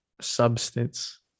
substance